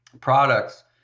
products